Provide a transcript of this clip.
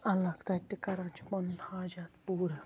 اَلگ تَتہِ تہِ کَران چھُ پنُن حاجات پوٗرٕ